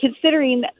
considering